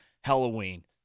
Halloween